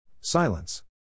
Silence